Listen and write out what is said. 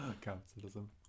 Capitalism